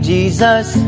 Jesus